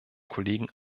kollegen